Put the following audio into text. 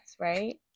right